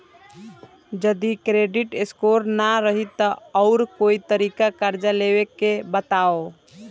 जदि credit score ना रही त आऊर कोई तरीका कर्जा लेवे के बताव?